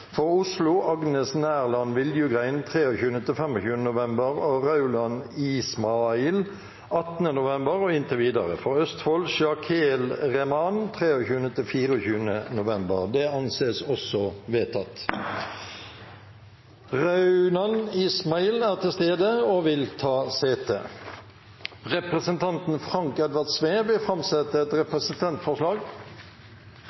For Oslo: Agnes Nærland Viljugrein 23.–25. november og Rauand Ismail 18. november og inntil videre For Østfold: Shakeel Rehman 23.–24. november Rauand Ismail er til stede og vil ta sete. Representanten Frank Edvard Sve vil framsette et representantforslag. Eg har æra av å fremje eit